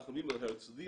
אנחנו מרחמים על הרצליה,